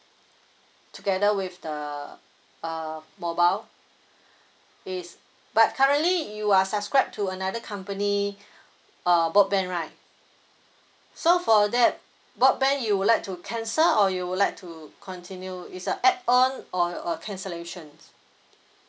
together with the uh mobile is but currently you are subscribe to another company uh broadband right so for that broadband you would like to cancel or you would like to continue is a add on or a cancellation